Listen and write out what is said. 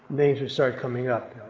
names would start coming up.